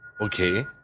Okay